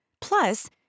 Plus